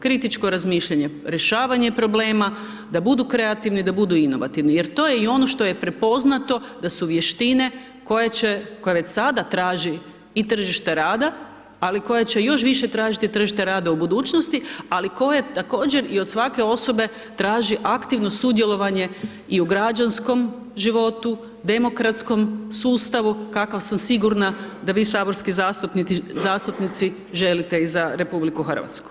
Kritičko razmišljanje rješavanje problema, da budu kreativni, da budu inovativni jer to je i ono što je prepoznato da su vještine koje će, koje već sada traži i tržište rada ali koje će još više tražiti tržište rada u budućnosti ali koje također i od svake osobe traži aktivno sudjelovanje i u građanskom životu, demokratskom sustavu kakav sam sigurna da vi saborski zastupnici želite i za RH.